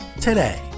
today